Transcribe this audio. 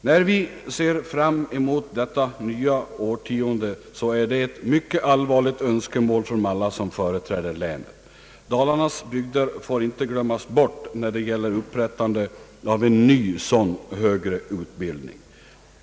När vi ser fram emot detta nya årtionde är det ett mycket allvarligt önskemål från alla som företräder länet. Dalarnas bygder får inte glömmas bort när det gäller upprättandet av ny sådan högre utbildning.